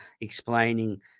explaining